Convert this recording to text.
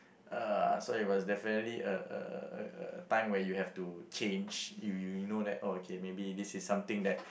uh so it was definitely a a a a time where you have to change you know that okay maybe this is something that